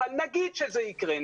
אבל נגיד שזה יקרה,